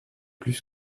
plus